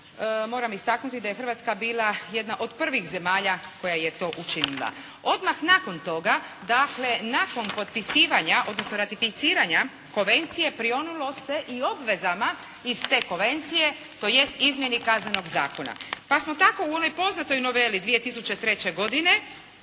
moram istaknuti da je Hrvatska bila jedna od prvih zemalja koja je to učinila. Odmah nakon toga, dakle nakon potpisivanja, odnosno ratificiranja Konvencije prionulo se i obvezama iz te Konvencije, tj. izmjeni Kaznenog zakona. Pa smo tako u onoj poznatoj noveli 2003. godine